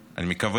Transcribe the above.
אני מקווה,